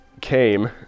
came